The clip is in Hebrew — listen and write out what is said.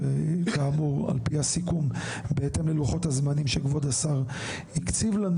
כאמור על פי הסיכום בהתאם ללוחות הזמנים שכבוד השר הקציב לנו.